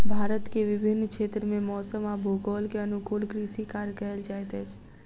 भारत के विभिन्न क्षेत्र में मौसम आ भूगोल के अनुकूल कृषि कार्य कयल जाइत अछि